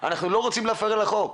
אנחנו לא רוצים להפר את החוק,